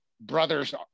brother's